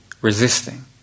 resisting